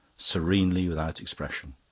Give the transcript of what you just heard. serenely without expression.